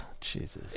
Jesus